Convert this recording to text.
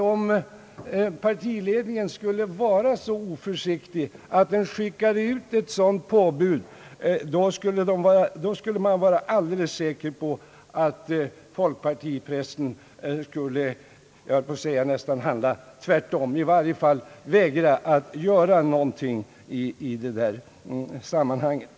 Om partiledningen hade varit så oförsiktig att den skickat ut ett sådant påbud, tror jag att pressen skulle ha handlat tvärtom eller i varje fall vägrat att göra någonting alls i sammanhanget.